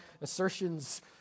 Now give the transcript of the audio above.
assertions